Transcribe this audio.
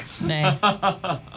Nice